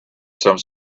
some